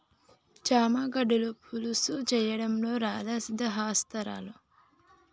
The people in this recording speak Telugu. చామ గడ్డల పులుసు చేయడంలో రాధా సిద్దహస్తురాలు